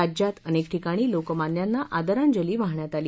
राज्यात अनेक ठिकाणी लोकमान्यांना आदरांजली वाहण्यात आली